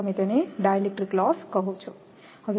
તમે તેને dielectric loss કહો છો